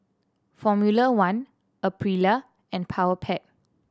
Formula One Aprilia and Powerpac